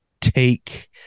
take